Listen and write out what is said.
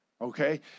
Okay